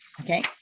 okay